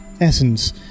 essence